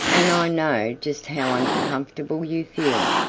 and i know just how uncomfortable you feel.